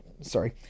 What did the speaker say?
sorry